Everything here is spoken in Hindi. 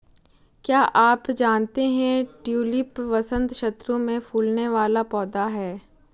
क्या आप जानते है ट्यूलिप वसंत ऋतू में फूलने वाला पौधा है